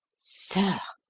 sir!